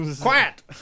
Quiet